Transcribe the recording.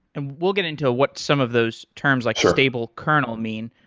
and we'll get into what some of those terms, like stable kernel mean.